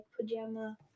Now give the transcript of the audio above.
pajama